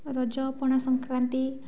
Raja Pana Sankranti